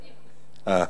הלאה.